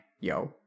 yo